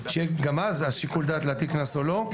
שגם אז יהיה שיקול דעת להטיל קנס או לא.